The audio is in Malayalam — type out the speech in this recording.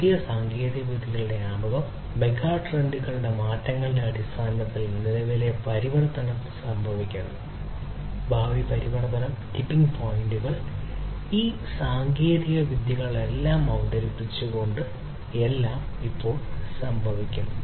പുതിയ സാങ്കേതികവിദ്യകളുടെ ആമുഖം മെഗാ ട്രെൻഡുകളിലെ മാറ്റങ്ങളുടെ അടിസ്ഥാനത്തിൽ നിലവിലെ പരിവർത്തനം സംഭവിക്കുന്നു ഭാവി പരിവർത്തനം ടിപ്പിംഗ് പോയിന്റുകൾ ഈ സാങ്കേതികവിദ്യകളെല്ലാം അവതരിപ്പിച്ചുകൊണ്ട് എല്ലാം ഇപ്പോൾ സംഭവിക്കുന്നു